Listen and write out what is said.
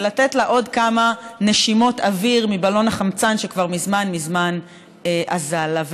ולתת לה עוד כמה נשימות אוויר מבלון החמצן שכבר מזמן מזמן אזל לה.